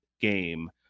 game